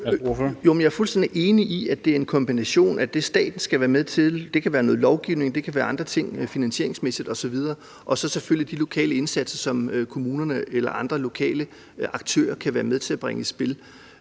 Jeg er fuldstændig enig i, at det er en kombination af det, staten skal være med til – det kan være noget lovgivning, det kan være andre ting f.eks. finansieringsmæssigt osv. – og så selvfølgelig de lokale indsatser, som kommunerne eller andre lokale aktører kan være med til at bringe i spil.